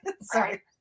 sorry